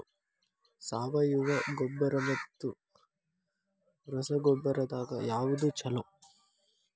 ಸಾವಯವ ಗೊಬ್ಬರ ಮತ್ತ ರಸಗೊಬ್ಬರದಾಗ ಯಾವದು ಛಲೋ?